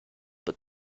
but